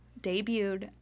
debuted